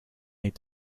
need